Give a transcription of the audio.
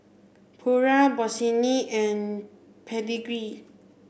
Pura Bossini and Pedigree